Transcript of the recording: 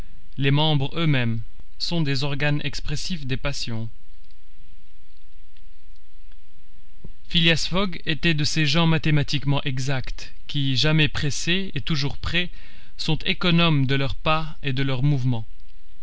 les membres eux-mêmes sont des organes expressifs des passions phileas fogg était de ces gens mathématiquement exacts qui jamais pressés et toujours prêts sont économes de leurs pas et de leurs mouvements